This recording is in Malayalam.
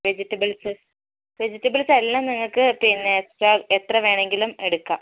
വെജിറ്റബിൾസ് വെജിറ്റബിൾസ് എല്ലാം നിങ്ങൾക്ക് പിന്നെ എക്സ്ട്രാ എത്ര വേണമെങ്കിലും എടുക്കാം